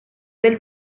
del